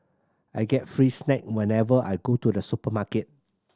I get free snack whenever I go to the supermarket